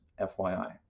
FYI